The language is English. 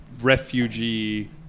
refugee